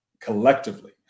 collectively